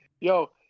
Yo